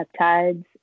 peptides